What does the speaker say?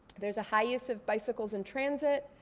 there's a high use of bicycles in transit.